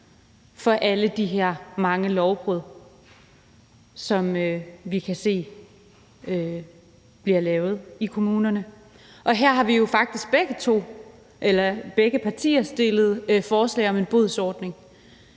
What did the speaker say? af alle de her mange lovbrud, som vi kan se bliver lavet i kommunerne, og her har vi jo faktisk begge, begge partier, fremsat forslag om en bodsordning.